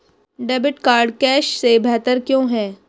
Debit card cash से बेहतर क्यों है?